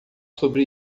sobre